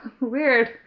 Weird